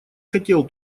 хотел